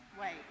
Wait